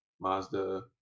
mazda